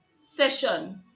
session